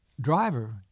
driver